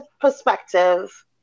perspective